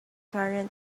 current